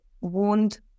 wound